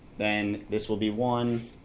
then this will be one.